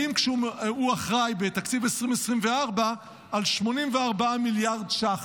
הוא אחראי בתקציב 2024 ל-84 מיליארד ש"ח,